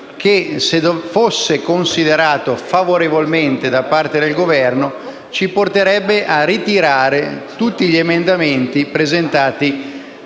che, se fosse valutato favorevolmente da parte del Governo, ci porterebbe a ritirare tutti gli emendamenti presentati